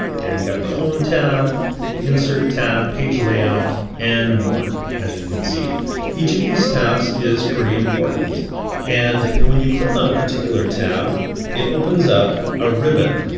okay, we have the home tab the insert tab page layout and more as you can see each of these tabs is pretty important and when you click on a particular tab it opens up a ribbon,